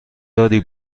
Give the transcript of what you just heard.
داری